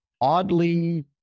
oddly